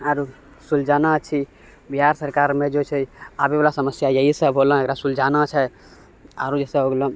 आओर सुलझाना छी बिहार सरकारमे जे छै आबैवला समस्या इएहसब होलऽ एकरा सुलझाना छै आओर जइसे हो गेलऽ